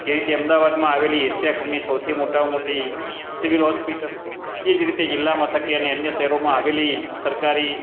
જે રીતે અમદાવાદમાં આવેલી એશિયા ખંડની સૌથી મોટામાં મોટી સિવિલ હોસ્પિટલ એજ રીતે જીલ્લા મથક અને અન્ય સેવાઓમાં આવેલી સરકારી